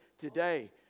today